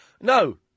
No